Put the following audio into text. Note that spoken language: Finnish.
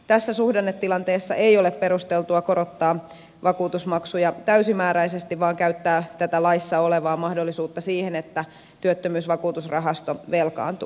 tässä suhdannetilanteessa ei ole perusteltua korottaa vakuutusmaksuja täysimääräisesti vaan käyttää tätä laissa olevaa mahdollisuutta siihen että työttömyysvakuutusrahasto velkaantuu